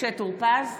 משה טור פז,